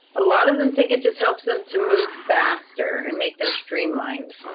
a lot of them think it just helps them to move faster and make them streamlined.